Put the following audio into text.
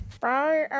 bye